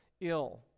ill